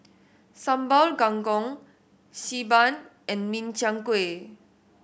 Sambal Kangkong Xi Ban and Min Chiang Kueh